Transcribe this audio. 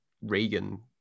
Reagan